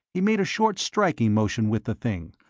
he made a short striking motion with the thing,